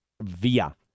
Via